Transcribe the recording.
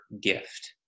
gift